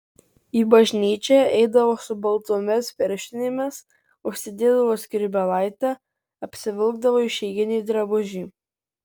į bažnyčią eidavo su baltomis pirštinėmis užsidėdavo skrybėlaitę apsivilkdavo išeiginį drabužį